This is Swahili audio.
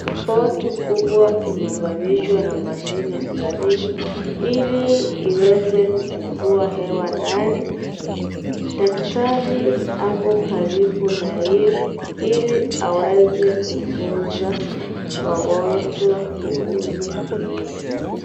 Boti kubwa imeunganishwa na mashine hospitalini Ili iweze kuchukua hewa ndani. Daktari ako karibu na hiyo ili aweze kufunza wagonjwa kuhusu hiyo.